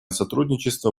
сотрудничество